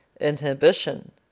inhibition